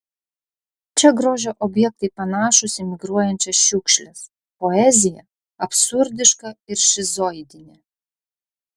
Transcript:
čia grožio objektai panašūs į migruojančias šiukšles poezija absurdiška ir šizoidinė